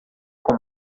com